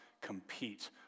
compete